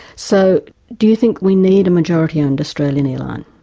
so do you think we need a majority owned australian airline?